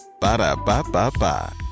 Ba-da-ba-ba-ba